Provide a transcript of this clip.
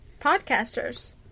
podcasters